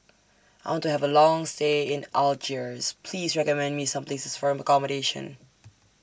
I want to Have A Long stay in Algiers Please recommend Me Some Places For accommodation